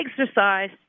exercise